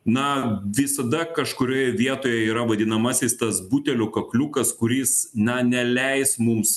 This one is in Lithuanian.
na visada kažkurioje vietoje yra vadinamasis tas butelio kakliukas kuris na neleis mums